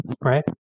right